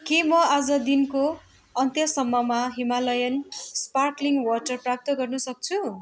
के म आज दिनको अन्त्यसम्ममा हिमालयन स्पार्कलिङ वाटर प्राप्त गर्न सक्छु